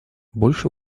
больше